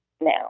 now